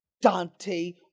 Dante